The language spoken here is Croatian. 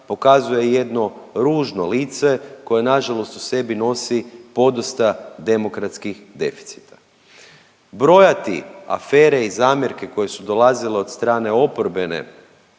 pokazuje jedno ružno lice koje na žalost u sebi nosi podosta demokratskih deficita. Brojati afere i zamjerke koje su dolazile od strane oporbene